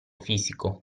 fisico